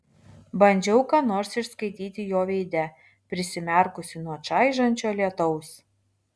bandžiau ką nors išskaityti jo veide prisimerkusi nuo čaižančio lietaus